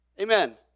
Amen